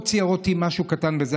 מאוד ציער אותי משהו קטן אתמול,